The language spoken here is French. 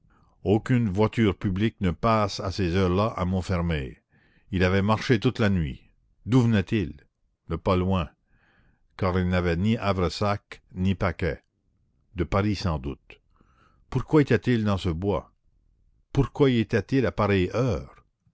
aucune voiture publique ne passe à ces heures là à montfermeil il avait marché toute la nuit d'où venait-il de pas loin car il n'avait ni havre sac ni paquet de paris sans doute pourquoi était-il dans ce bois pourquoi y était-il à pareille heure